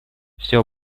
всё